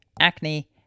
acne